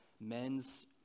men's